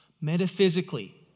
Metaphysically